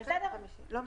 זה אחד חלקי 50. לא משנה,